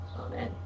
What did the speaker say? Amen